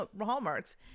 hallmarks